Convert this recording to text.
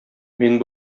мин